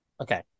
Okay